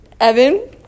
Evan